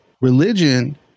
religion